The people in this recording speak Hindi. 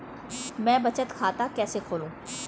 मैं बचत खाता कैसे खोलूं?